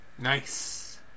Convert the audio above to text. Nice